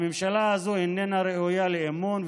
הממשלה הזאת איננה ראויה לאמון,